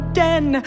den